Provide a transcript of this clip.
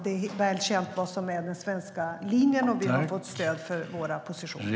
Det är väl känt vad som är den svenska linjen, och vi har fått stöd för våra positioner.